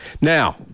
Now